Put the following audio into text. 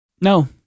No